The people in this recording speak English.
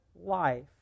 life